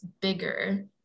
bigger